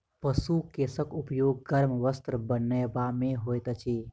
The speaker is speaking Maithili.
पशु केशक उपयोग गर्म वस्त्र बनयबा मे होइत अछि